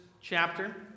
chapter